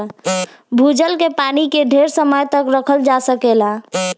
भूजल के पानी के ढेर समय तक रखल जा सकेला